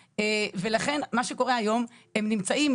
ולכן מה שקורה היום, הם נמצאים